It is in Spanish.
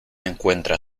encuentra